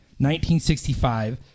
1965